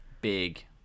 Big